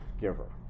giver